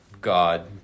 God